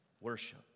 worship